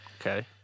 Okay